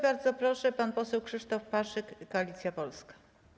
Bardzo proszę, pan poseł Krzysztof Paszyk, Koalicja Polska.